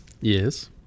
Yes